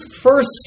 first